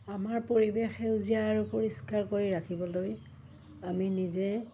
আমাৰ পৰিৱেশ সেউজীয়া আৰু পৰিষ্কাৰ কৰি ৰাখিবলৈ আমি নিজে